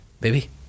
baby